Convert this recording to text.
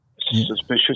Suspicious